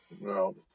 No